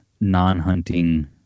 non-hunting